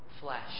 flesh